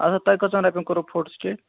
اَسا تۄہہِ کٔژَن رۄپیَن کوٚروُ فوٹوسٹیٹ